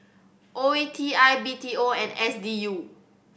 O E T I B T O and S D U